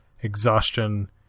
exhaustion